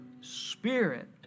spirit